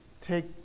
take